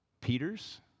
Peter's